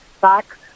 back